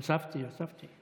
הוספתי, הוספתי.